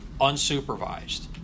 unsupervised